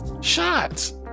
shots